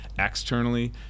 Externally